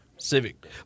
Civic